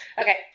Okay